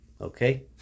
Okay